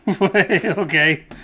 Okay